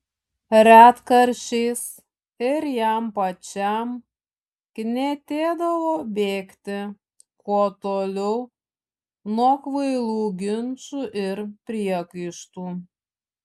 retkarčiais ir jam pačiam knietėdavo bėgti kuo toliau nuo kvailų ginčų ir priekaištų